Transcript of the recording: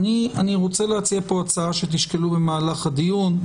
אני רוצה להציע פה הצעה שתשקלו במהלך הדיון.